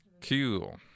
Cool